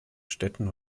stätten